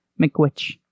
McWitch